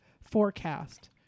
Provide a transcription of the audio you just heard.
forecast